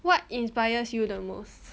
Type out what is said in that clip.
what inspires you the most